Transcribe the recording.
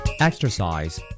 Exercise